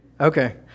Okay